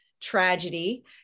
tragedy